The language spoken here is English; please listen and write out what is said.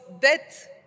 debt